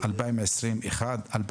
2020 אחד,